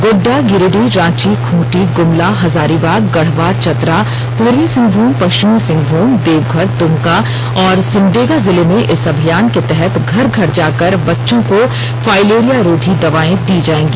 गोड्डा गिरिडीह रांची खूंटी गुमला हजारीबाग गढ़वा चतरा पूर्वी सिंहभूमपश्चिमी सिंहभूम देवघर दुमका और सिमडेगा जिले में इस अभियान के तहत घर घर जाकर बच्चों को फाइलेरिया रोधी दवाए दी जाएगी